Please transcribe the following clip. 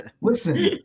Listen